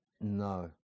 No